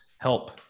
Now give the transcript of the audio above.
help